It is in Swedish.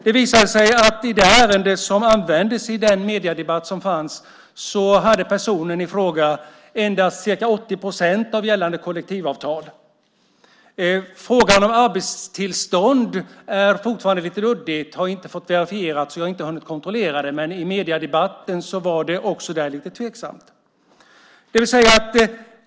Det visade sig nämligen att personen som togs upp i den aktuella mediedebatten hade endast ca 80 procent av gällande kollektivavtal i lön. Frågan om arbetstillstånd är fortfarande lite luddig. Jag har inte hunnit kontrollera uppgiften för att få den verifierad, men i mediedebatten var det hela i alla fall lite oklart.